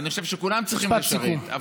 אני חושב שכולם צריכים לשרת, משפט סיכום.